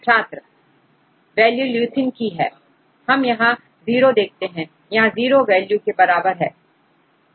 छात्र3 value leucine की है हम यहां0 देखते हैं यह0 वैल्यू के बराबर है